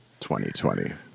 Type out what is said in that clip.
2020